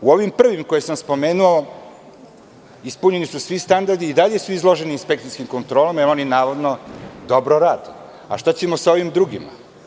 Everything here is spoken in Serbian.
U ovim prvim koje sam spomenuo ispunjeni su svi standardi i dalje su izložene inspekcijskim kontrolama jer oni navodno dobro rade, ali šta ćemo sa ovima drugima?